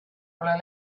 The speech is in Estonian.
pole